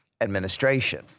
administration